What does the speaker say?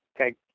okay